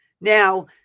now